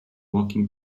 walking